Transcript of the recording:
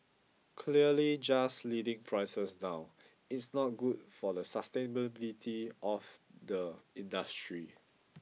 clearly just leading prices down it's not good for the sustainability of the industry